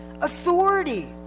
authority